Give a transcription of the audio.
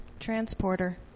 transporter